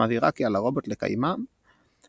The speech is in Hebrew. המבהירה כי על הרובוט לקיימים כל